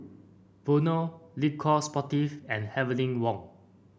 Vono Le Coq Sportif and Heavenly Wang